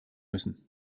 müssen